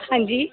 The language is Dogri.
हां जी